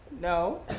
no